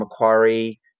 Macquarie